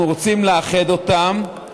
אנחנו רוצים לאחד אותן,